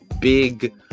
big